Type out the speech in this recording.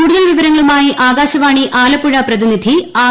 കൂടുതൽ വിവരങ്ങളുമായി ആകാശവാണി ആലപ്പുഴ പ്രതിനിധി ആർ